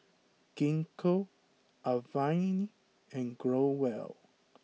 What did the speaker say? Gingko Avene and Growell